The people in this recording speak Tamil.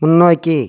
முன்னோக்கி